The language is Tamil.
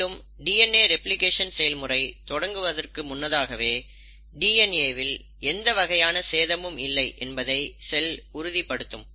மேலும் டிஎன்ஏ ரெப்ளிகேஷன் செயல்முறை தொடங்குவதற்கு முன்னதாகவே டிஎன்ஏ வில் எந்த வகையான சேதமும் இல்லை என்பதை செல் உறுதிப்படுத்தும்